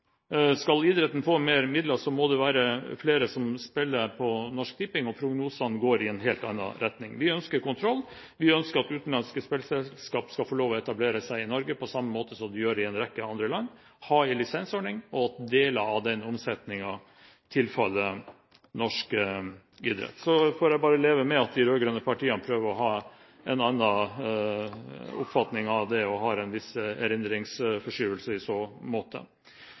Skal idretten få mer midler, må det være flere som spiller på Norsk Tipping, og prognosene går i en helt annen retning. Vi ønsker kontroll. Vi ønsker at utenlandske spillselskap skal få lov til å etablere seg i Norge på samme måte som de gjør i en rekke andre land – ha en lisensordning – og at deler av omsetningen skal tilfalle norsk idrett. Så får jeg bare leve med at de rød-grønne partiene prøver å ha en annen oppfatning av det, og har en viss erindringsforskyvelse i så måte.